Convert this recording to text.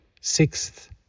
Sixth